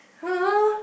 !huh!